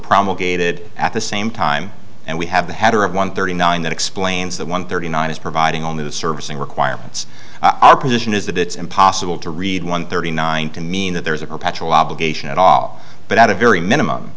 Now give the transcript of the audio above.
promulgated at the same time and we have the header of one thirty nine that explains that one thirty nine is providing only the servicing requirements our position is that it's impossible to read one thirty nine to mean that there is a perpetual obligation at all but at a very minimum